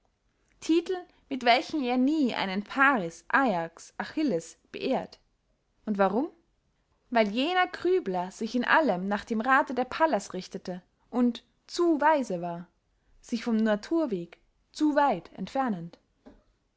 titel mit welchen er nie einen paris ajax achilles beehrt und warum weil jener krübler sich in allem nach dem rathe der pallas richtete und zu weise war sich vom naturweg zu weit entfernend